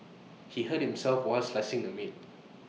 he hurt himself while slicing the meat